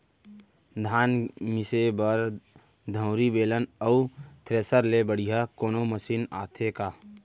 धान मिसे बर दंवरि, बेलन अऊ थ्रेसर ले बढ़िया कोनो मशीन आथे का?